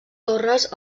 torres